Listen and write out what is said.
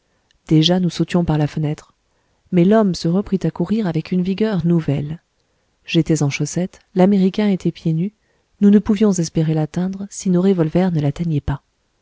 déjà nous sautions par la fenêtre mais l'homme se reprit à courir avec une vigueur nouvelle j'étais en chaussettes l'américain était pieds nus nous ne pouvions espérer l'atteindre si nos revolvers ne l'atteignaient pas